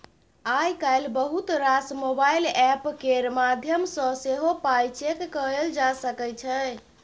आइ काल्हि बहुत रास मोबाइल एप्प केर माध्यमसँ सेहो पाइ चैक कएल जा सकै छै